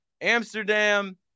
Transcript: amsterdam